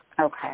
Okay